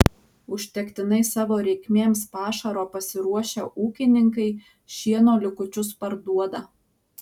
užtektinai savo reikmėms pašaro pasiruošę ūkininkai šieno likučius parduoda